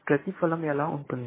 ప్రతిఫలం ఎలా ఉంటుంది